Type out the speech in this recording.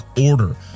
order